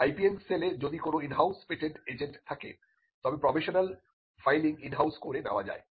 IPM সেলে যদি কোন ইন হাউস পেটেন্ট এজেন্ট থাকে তবে প্রভিশনাল ফাইলিং ইন হাউস করে নেওয়া যায়